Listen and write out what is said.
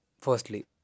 firstly